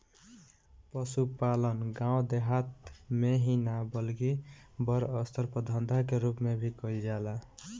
पसुपालन गाँव देहात मे ही ना बल्कि बड़ अस्तर पर धंधा के रुप मे भी कईल जाला